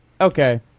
okay